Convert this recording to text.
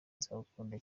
nzagukunda